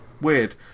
weird